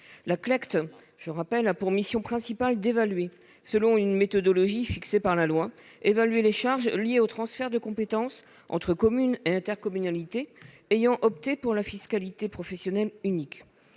Cette structure a pour mission principale d'évaluer, selon une méthodologie fixée par la loi, les charges liées aux transferts de compétences entre communes et intercommunalité ayant opté pour la fiscalité professionnelle unique.